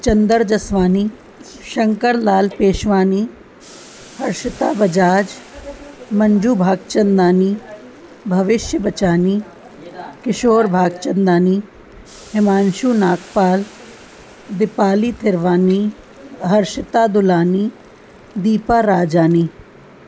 Chander Jaswani Shankar Lal Peshwani Harshita Bajaj Manju Bhagchandani Bhavishya Bachani Kishore Bhagchandani Himanshu Nagpal Deepali Trivani Harshita Dulani Deepa Rajani